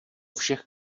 všech